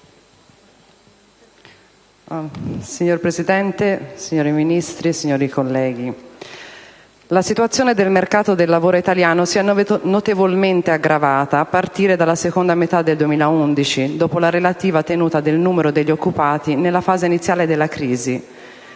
Signor Presidente, signori Ministri, signori colleghi, la situazione del mercato del lavoro italiano si è notevolmente aggravata a partire dalla seconda metà del 2011, dopo la relativa tenuta del numero degli occupati nella fase iniziale della crisi.